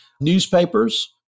newspapers